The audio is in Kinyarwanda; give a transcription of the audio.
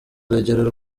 urugero